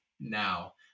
now